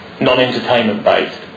non-entertainment-based